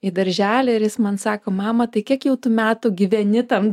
į darželį ir jis man sako mama tai kiek jau tu metų gyveni tam